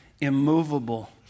immovable